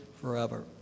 forever